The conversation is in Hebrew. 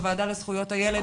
בוועדה לזכויות הילד,